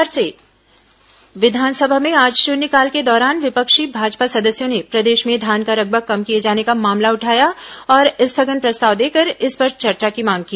विस शून्यकाल विधानसभा में आज शून्यकाल के दौरान विपक्षी भाजपा सदस्यों ने प्रदेश में धान का रकबा कम किए जाने का मामला उठाया और स्थगन प्रस्ताव देकर इस पर चर्चा की मांग की